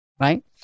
Right